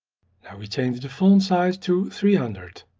we change the font size to three hundred.